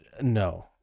No